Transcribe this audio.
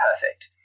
perfect